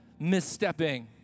misstepping